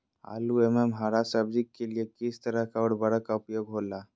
आलू एवं हरा सब्जी के लिए किस तरह का उर्वरक का उपयोग होला?